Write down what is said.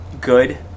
good